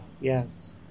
Yes